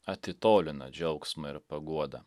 atitolina džiaugsmą ir paguodą